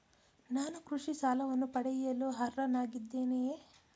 ನಾನು ಕೃಷಿ ಸಾಲವನ್ನು ಪಡೆಯಲು ಅರ್ಹನಾಗಿದ್ದೇನೆಯೇ?